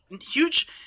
Huge –